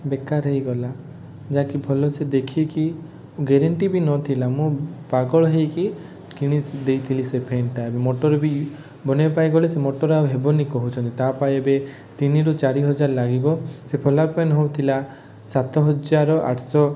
ବେକାର ହେଇଗଲା ଯାହ କି ଭଲ ସେ ଦେଖିକି ଗ୍ୟାରେଣ୍ଟି ବି ନଥିଲା ମୁଁ ପାଗଳ ହେଇକି କିଣି ଦେଇଥିଲି ସେ ଫେନ୍ଟା ମୋଟର୍ ବି ବନାଇବା ପାଇଁ ଗଲେ ସେ ମୋଟର୍ ବି ଆଉ ହେବନି କହୁଛନ୍ତି ତା'ପାଇଁ ଏବେ ତିନିରୁ ଚାରି ହଜାର ଲାଗିବ ସେ ହେଉଥିଲା ସାତ ହଜାର ଆଠଶହ